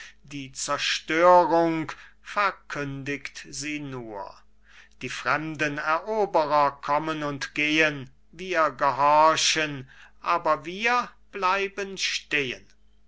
die zerstörung verkündigt sie nur die fremden eroberer kommen und gehen wir gehorchen aber wir bleiben stehen